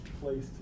place